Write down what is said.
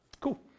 Cool